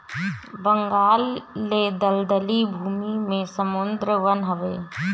बंगाल ले दलदली भूमि में सुंदर वन हवे